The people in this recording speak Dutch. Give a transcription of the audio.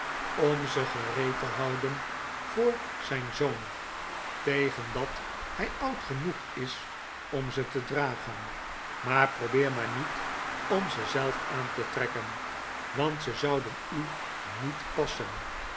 om ze gejuffrouw gamp is vfrtoornd reed te houden voor zijn zoon tegen dat hij oud genoeg is om ze te dragen maar probeer maar niet om ze zelf aan te trekken want ze zouden u niet passen